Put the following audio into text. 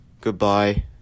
goodbye